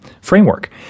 framework